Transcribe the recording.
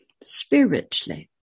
spiritually